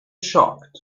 shocked